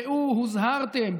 ראו הוזהרתם.